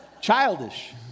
Childish